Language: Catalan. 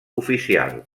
oficial